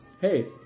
Hey